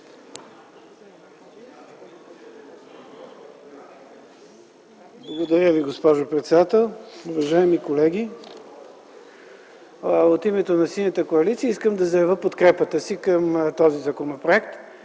Благодаря, госпожо председател. Уважаеми колеги, от името на Синята коалиция искам да заявя подкрепата си към този законопроект.